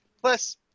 Plus